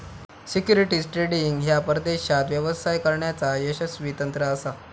securities trading ह्या परदेशात व्यवसाय करण्याचा यशस्वी तंत्र असा